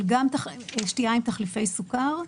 אבל גם משתייה עם תחליפי סוכר.